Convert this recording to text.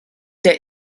der